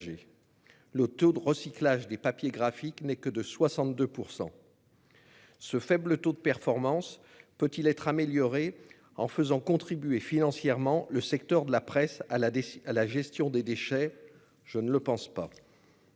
des papiers graphiques n'est que de 62 %. Ce faible taux de performance peut-il être amélioré en faisant contribuer financièrement le secteur de la presse à la gestion des déchets ? Je ne le pense pas.